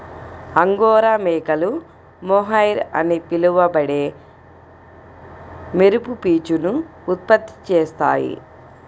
angora మేకలు mohair అని పిలువబడే మెరుపు పీచును ఉత్పత్తి చేస్తాయి